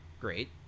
great